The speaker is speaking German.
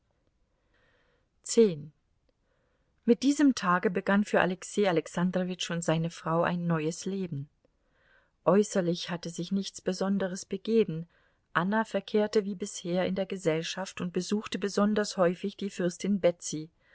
mit diesem tage begann für alexei alexandrowitsch und seine frau ein neues leben äußerlich hatte sich nichts besonderes begeben anna verkehrte wie bisher in der gesellschaft und besuchte besonders häufig die fürstin betsy